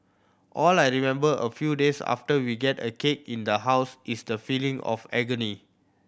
all I remember a few days after we get a cake in the house is the feeling of agony